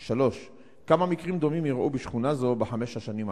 3. כמה מקרים דומים אירעו בשכונה זו בחמש השנים האחרונות?